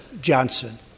Johnson